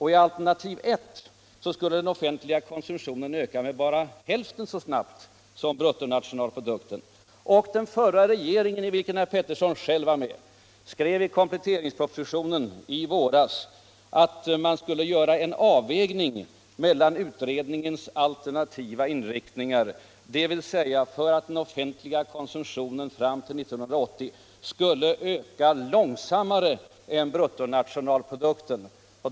I alternativ I skulle den offentliga konsumtionen öka bara hälften så snabbt som bruttonationalprodukten. Den förra regeringen, i vilken herr Peterson själv var med, skrev i kompletteringspropositionen i våras att man skulle göra en avvägning mellan utredningens alternativa inriktningar, dvs. att den offentliga konsumtionen fram till 1980 skulle öka långsammare än bruttonationalprodukten.